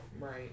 Right